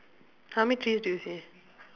how many trees do you see